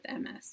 MS